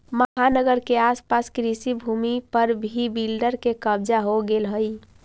महानगर के आस पास कृषिभूमि पर भी बिल्डर के कब्जा हो गेलऽ हई